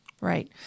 Right